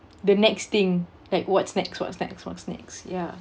the next thing like what's next what's next what's next ya